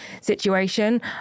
situation